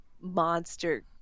monster